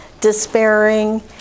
despairing